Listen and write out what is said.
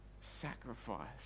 sacrifice